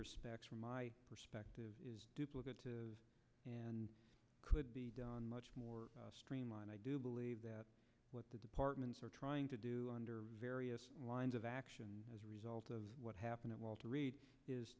respects from my perspective is duplicative and could be done much more streamlined i do believe that what the department's are trying to do under various lines of action as a result of what happened at walter reed